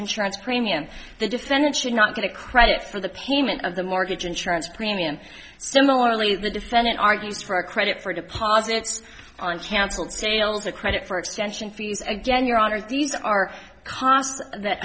insurance premium the defendant should not get credit for the payment of the mortgage insurance premium similarly the defendant argues for a credit for deposits on cancelled sales or credit for extension fees again your honor these are costs that